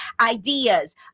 ideas